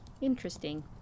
interesting